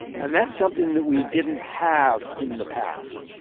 and that's something that we didn't have in the past.